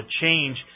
change